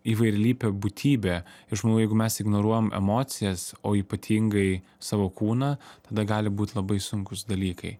įvairialypė būtybe aš manau jeigu mes ignoruojam emocijas o ypatingai savo kūną tada gali būt labai sunkūs dalykai